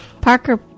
Parker